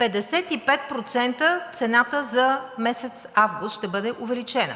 55% цената за месец август ще бъде увеличена!